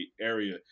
area